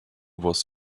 was